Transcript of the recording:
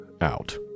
out